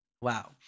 Wow